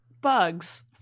bugs